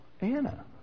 Anna